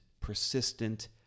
persistent